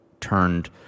turned